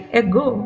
ago